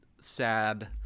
sad